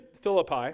Philippi